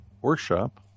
workshop